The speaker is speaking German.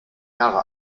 jahre